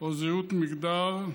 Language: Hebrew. או זהות מגדר",